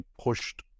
pushed